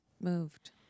moved